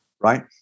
right